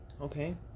Okay